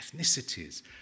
ethnicities